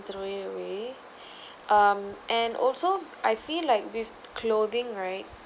throw it away um and also I feel like with clothing right